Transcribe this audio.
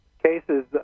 Cases